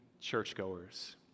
churchgoers